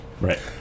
right